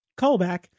Callback